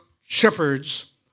shepherds